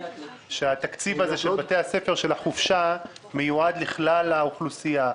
שהתקציב של החופשה בבתי הספר מיועד לכלל האוכלוסייה,